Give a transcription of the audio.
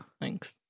Thanks